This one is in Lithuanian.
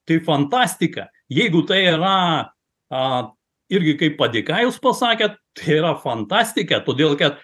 tai fantastika jeigu tai yra a irgi kaip padėka jūs pasakėt tai yra fantastika todėl kad